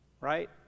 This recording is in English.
right